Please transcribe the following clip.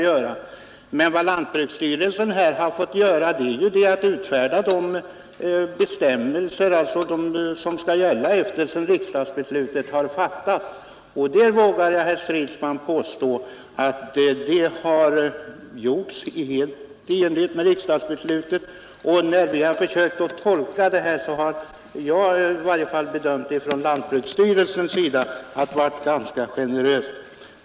Men vad lantbruksstyrelsen här fått göra är ju att utfärda de bestämmelser som skall gälla efter riksdagsbeslutets fattande. Och jag vågar påstå, herr Stridsman, att detta har gjorts helt i enlighet med riksdagsbeslutet. Jag har också den uppfattningen att lantbruksstyrelsens bedömning har varit ganska generös.